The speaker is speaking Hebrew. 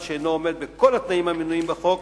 שאינו עומד בכל התנאים המנויים בחוק